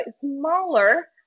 smaller